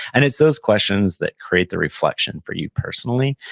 and it's those questions that create the reflection for you, personally,